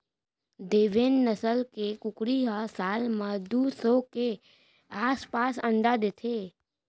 देवेन्द नसल के कुकरी ह साल म दू सौ के आसपास अंडा देथे